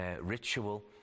ritual